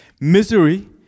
misery